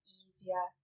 easier